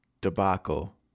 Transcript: debacle